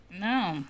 No